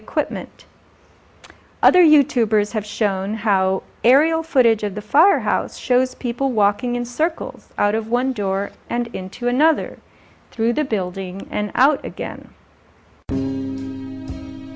equipment other you tubers have shown how aerial footage of the fire house shows people walking in circles out of one door and into another through the building and out again